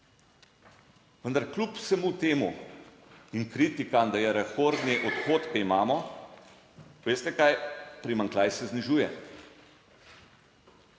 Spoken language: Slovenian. Vendar kljub vsemu temu in kritikam, da je rekordni, odhodke imamo, veste kaj, primanjkljaj se znižuje.